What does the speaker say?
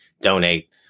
donate